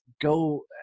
go